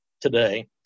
today